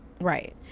Right